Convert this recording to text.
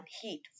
heat